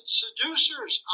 seducers